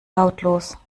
lautlos